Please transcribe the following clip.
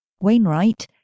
Wainwright